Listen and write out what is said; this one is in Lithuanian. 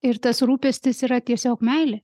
ir tas rūpestis yra tiesiog meilė